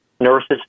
nurses